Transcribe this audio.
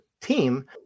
team